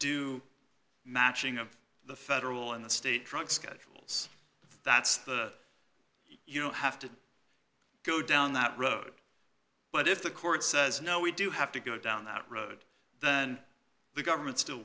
do matching of the federal and the state drug schedules that's the you don't have to go down that road but if the court says no we do have to go down that road then the government still